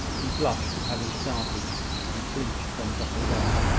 he blushed at having started and flinched from a drop of rain,